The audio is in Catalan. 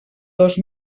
dos